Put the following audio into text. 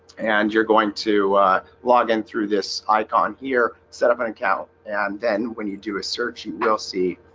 and you're going to log in through this icon here set up an account and then when you do a search you will see